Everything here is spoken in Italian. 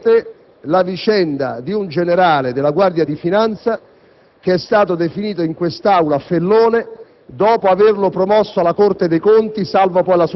Ci siamo lasciati tristemente alle spalle la vicenda di un generale della Guardia di finanza che è stato definito in quest'Aula «fellone»,